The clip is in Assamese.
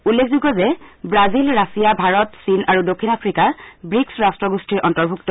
উল্লেখযোগ্য যে ৱাজিল ৰাছিয়া ভাৰত চীন আৰু দক্ষিণ আফ্ৰিকা ৱিকচ ৰাট্টগোষ্ঠীৰ অন্তৰ্ভুক্ত